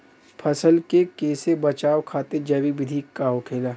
फसल के कियेसे बचाव खातिन जैविक विधि का होखेला?